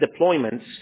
deployments